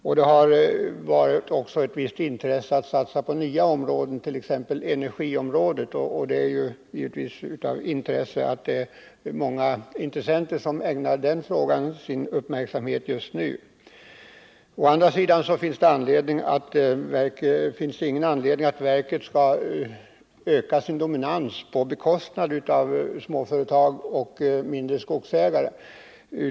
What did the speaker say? Verket har också visat ett visst intresse för att satsa på nya områden, t.ex. energiområdet, och det är givetvis av värde att många intressenter ägnar energifrågan sin uppmärksamhet just nu. Å andra sidan finns det ingen anledning för verket att öka sin dominans på bekostnad av småföretag och mindre skogsägare.